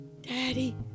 Daddy